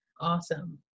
Awesome